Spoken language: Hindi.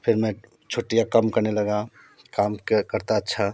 फिर मैं छुट्टियाँ कम करने लगा काम करता अच्छा